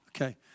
Okay